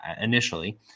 initially